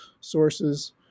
sources